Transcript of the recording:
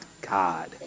God